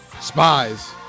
Spies